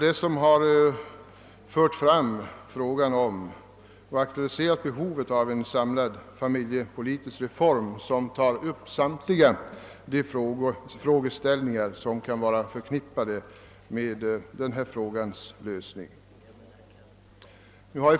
Detta har aktualiserat behovet av en samlad familjepo litisk reform som tar upp samtliga de frågeställningar som kan vara förknippade med frågans lösning.